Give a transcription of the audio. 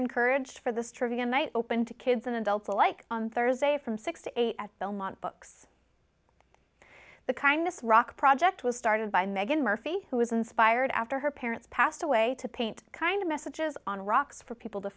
encouraged for this trivia night open to kids and adults alike on thursday from six to eight at belmont books the kind this rock project was started by meghan murphy who was inspired after her parents passed away to paint kind of messages on rocks for people to